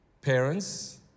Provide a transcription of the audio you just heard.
Parents